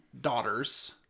daughters